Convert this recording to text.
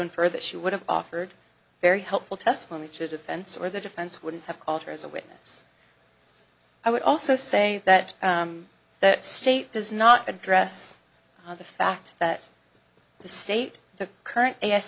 infer that she would have offered very helpful testimony to defense or the defense wouldn't have called her as a witness i would also say that that state does not address the fact that the state the current